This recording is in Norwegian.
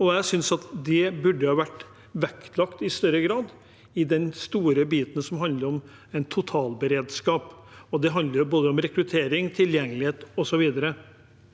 Jeg synes det burde ha vært vektlagt i større grad i den store biten som handler om totalberedskap, og det handler både om rekruttering, tilgjengelighet og så videre.